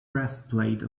breastplate